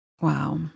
Wow